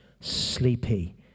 sleepy